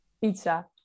Pizza